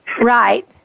Right